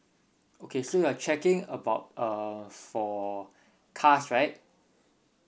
okay so you're checking about uh for cars right